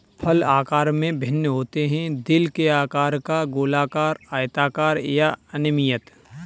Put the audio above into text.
फल आकार में भिन्न होते हैं, दिल के आकार का, गोलाकार, आयताकार या अनियमित